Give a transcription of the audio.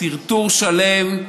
טרטור שלם,